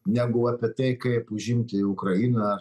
negu apie tai kaip užimti ukrainą